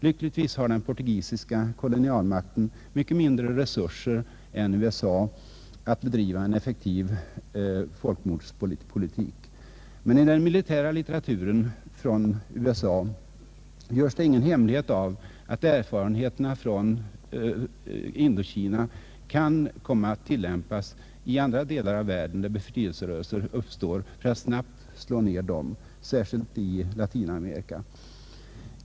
Lyckligtvis har den portugisiska kolonialmakten mycket mindre resurser än USA att bedriva en effektiv tolkmordspolitik, men i den militära litteraturen från USA görs det ingen hemlighet av att erfarenheterna från Indokina kan komma att tillämpas i andra delar av världen, där befrielserörelser uppstår, för att snabbt slä ner dem, särskilt i Latinamerika.